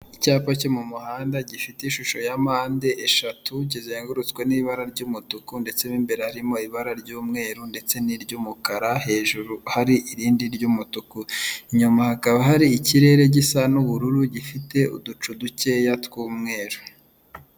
Icyapa cyo mu muhanda gifite ishusho ya mpande eshatu kizengurutswe n'ibara ry'umutuku ndetse mu imbere harimo ibara ry'umweru ndetse n'iry'umukara, hejuru hari irindi ry'umutuku, inyuma hakaba hari ikirere gisa n'ubururu gifite uducu dukeya tw'umweru.